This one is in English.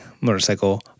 Motorcycle